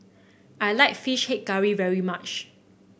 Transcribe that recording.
I like fish head curry very much